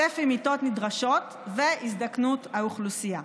צפי מיטות נדרשות והזדקנות האוכלוסייה.